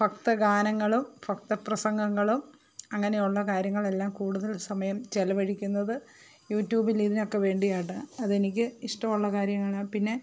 ഭക്തി ഗാനങ്ങളും ഭക്തി പ്രസംഗങ്ങളും അങ്ങനെയുള്ള കാര്യങ്ങളെല്ലാം കൂടുതൽ സമയം ചിലവഴിക്കുന്നത് യൂട്യൂബിലിതിനൊക്കെ വേണ്ടിയാണ് അത് എനിക്ക് ഇഷ്ടമുള്ള കാര്യമാണ് പിന്നെ